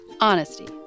Honesty